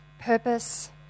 purpose